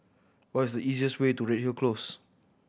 what is the easiest way to Redhill Close